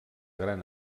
gran